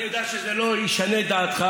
אני יודע שזה לא ישנה את דעתך.